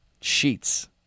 Sheets